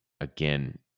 again